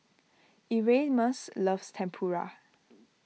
Erasmus loves Tempura